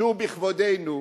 שהוא בכבודנו,